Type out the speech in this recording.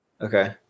Okay